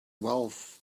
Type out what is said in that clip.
wealth